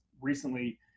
recently